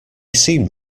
seemed